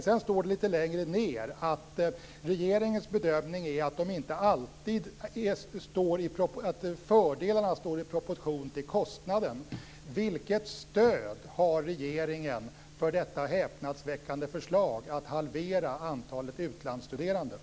Sedan står det litet längre ned att regeringens bedömning är att fördelarna inte alltid står i proportion till kostnaden.